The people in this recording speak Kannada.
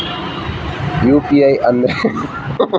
ಯು.ಪಿ.ಐ ಅಂದ್ರೆ ಎಂಥ? ಅದನ್ನು ಕ್ರಿಯೇಟ್ ಹೇಗೆ ಮಾಡುವುದು?